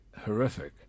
horrific